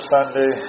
Sunday